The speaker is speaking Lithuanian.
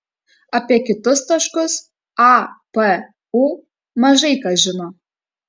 apie kitus taškus a p u mažai kas žino